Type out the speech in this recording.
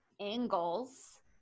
angles